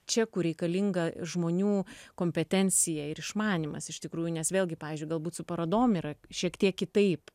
čia kur reikalinga žmonių kompetencija ir išmanymas iš tikrųjų nes vėlgi pavyzdžiui galbūt su parodom yra šiek tiek kitaip